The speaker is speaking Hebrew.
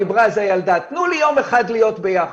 דיברה על זה ילדה, תנו לי יום אחד להיות ביחד.